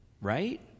Right